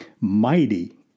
Mighty